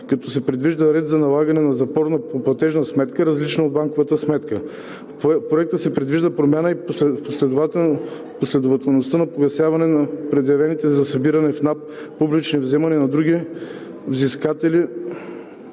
като се предвижда ред за налагане на запор по платежна сметка, различна от банковата сметка. В Проекта се предвижда промяна в последователността на погасяване на предявените за събиране в НАП публични вземания на други взискатели